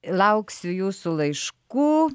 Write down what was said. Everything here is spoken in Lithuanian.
lauksiu jūsų laiškų